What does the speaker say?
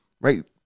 right